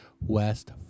West